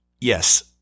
yes